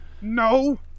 No